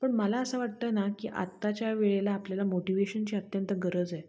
पण मला असं वाटतं ना की आत्ताच्या वेळेला आपल्याला मोटिवेशनची अत्यंत गरज आहे